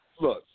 look